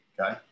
okay